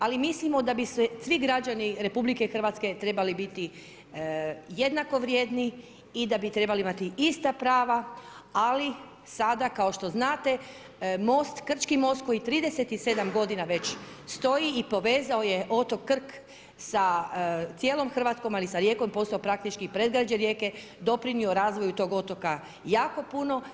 Ali, mislimo, da bi se svi građani RH, trebali biti jednako vrijedni i da bi trebali imati ista prava, ali sada, kao što znate, most, Krčki most, koji 37 g. već stoji i povezao je otok Krk, sa cijelom Hrvatskom ali i sa Rijekom, je postao praktički predgrađe Rijeke, doprinio razvoju tog otoka jako puno.